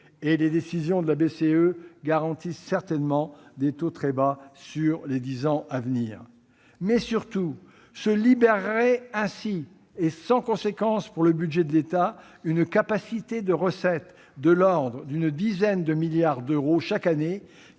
Les décisions de la BCE garantissent certainement des taux très bas pour les dix ans à venir. Surtout, on libérerait ainsi, et sans conséquence pour le budget de l'État, une source de recettes de l'ordre d'une dizaine de milliards d'euros chaque année,